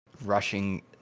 rushing